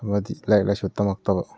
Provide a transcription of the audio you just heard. ꯑꯃꯗꯤ ꯂꯥꯏꯔꯤꯛ ꯂꯥꯏꯁꯨ ꯇꯃꯛꯇꯕ